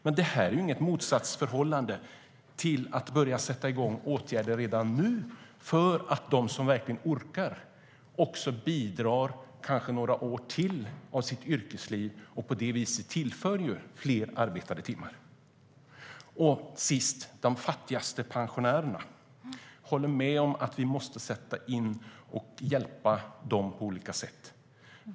Men det är inget motsatsförhållande mellan det och att sätta igång åtgärder redan nu för att de som orkar ska bidra några år till av sitt yrkesliv och på det viset tillföra fler arbetade timmar. När det gäller de fattigaste pensionärerna håller jag med om att vi måste sätta in åtgärder och hjälpa dem på olika sätt.